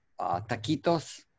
taquitos